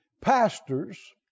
pastors